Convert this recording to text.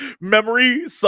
memory